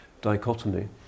dichotomy